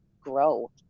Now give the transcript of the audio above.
grow